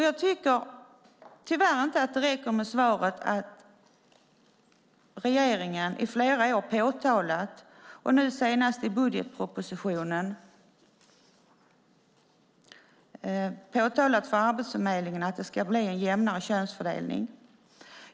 Jag tycker tyvärr inte att det räcker med svaret att regeringen i flera år, och nu senast i budgetpropositionen, påtalat för Arbetsförmedlingen att det ska bli en jämnare könsfördelning.